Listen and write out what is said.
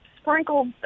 sprinkled